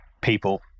people